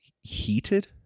heated